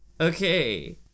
okay